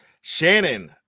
Shannon